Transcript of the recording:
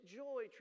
joy